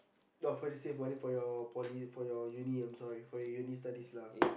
oh got to save money for your poly for uni I'm sorry for your uni studies lah